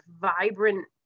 vibrant